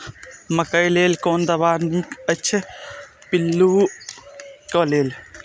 मकैय लेल कोन दवा निक अछि पिल्लू क लेल?